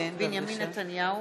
בנימין נתניהו,